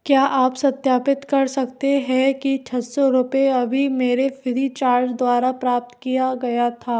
क्या आप सत्यापित कर सकते हैं कि छः सौ रूपये अभी मेरे फ्रीचार्ज द्वारा प्राप्त किया गया था